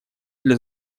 для